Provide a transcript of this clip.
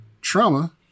trauma